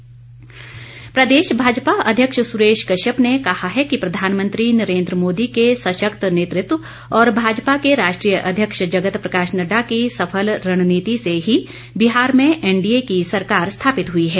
सुरेश कश्यप प्रदेश भाजपा अध्यक्ष सुरेश कश्यप ने कहा है कि प्रधानमंत्री नरेन्द्र मोदी के सशक्त नेतृत्व और भाजपा के राष्ट्रीय अध्यक्ष जगत प्रकाश नड्डा की सफल रणनीति से ही बिहार में एनडीए की सरकार स्थापित हुई है